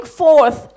forth